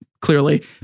clearly